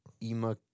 Ima